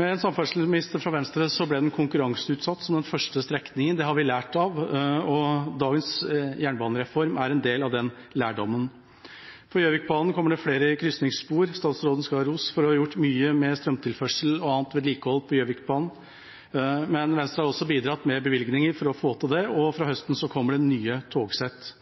Med en samferdselsminister fra Venstre ble den konkurranseutsatt, som den første strekningen. Det har vi lært av, og dagens jernbanereform er en del av den lærdommen. På Gjøvikbanen kommer det flere krysningsspor. Statsråden skal ha ros for å ha gjort mye med strømtilførselen og annet vedlikehold på Gjøvikbanen, men Venstre har også bidratt med bevilgninger for å få til det. Fra høsten kommer det også nye togsett.